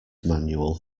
manual